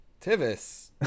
Tivis